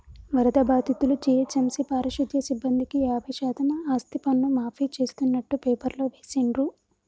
వరద బాధితులు, జీహెచ్ఎంసీ పారిశుధ్య సిబ్బందికి యాభై శాతం ఆస్తిపన్ను మాఫీ చేస్తున్నట్టు పేపర్లో వేసిండ్రు